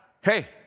Hey